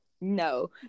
No